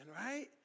right